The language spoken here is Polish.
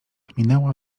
minęła